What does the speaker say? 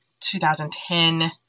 2010